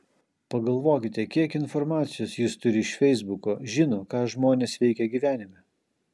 pagalvokite kiek informacijos jis turi iš feisbuko žino ką žmonės veikia gyvenime